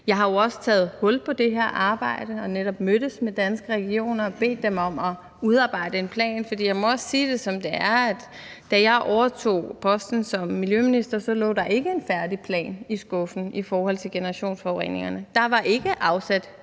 Jeg har jo også taget hul på det her arbejde og har netop mødtes med Danske Regioner og bedt dem om at udarbejde en plan. For jeg må også sige det, som det er: Da jeg overtog posten som miljøminister, lå der ikke en færdig plan i skuffen i forhold til generationsforureningerne. Der var ikke afsat